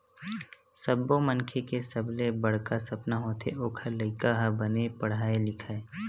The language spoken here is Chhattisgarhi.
सब्बो मनखे के सबले बड़का सपना होथे ओखर लइका ह बने पड़हय लिखय